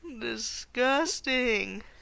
Disgusting